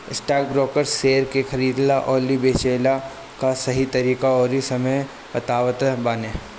stockbroker share के खरीदला अउरी बेचला कअ सही तरीका अउरी समय बतावत बाने